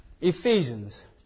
Ephesians